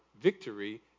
victory